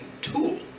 tool